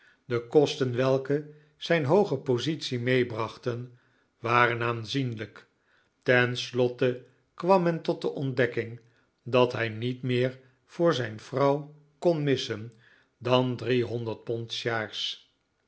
de kosten welke zijnhooge positie meebrachten waren aanzienlijk ten slotte kwam men tot de ontdekking dat hij niet meer voor zijn vrouw kon missen dan driehonderd